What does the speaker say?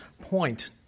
point